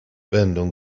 będą